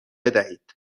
بدهید